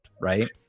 right